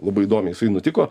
labai įdomiai jisai nutiko